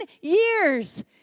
years